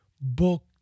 book